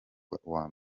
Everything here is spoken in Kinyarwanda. uwa